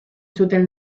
zuten